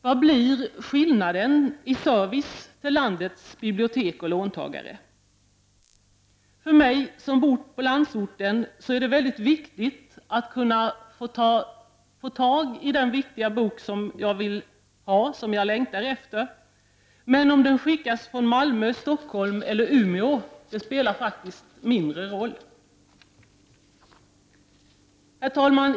Vad blir skillnaden i service till landets bibliotek och låntagare? För mig som bor i landsorten är det viktigt att kunna låna den bok som jag längtar efter, men om den skickas från Malmö, Stockholm eller Umeå spelar faktiskt mindre roll. Herr talman!